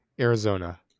Arizona